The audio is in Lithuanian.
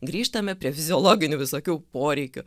grįžtame prie fiziologinių visokių poreikių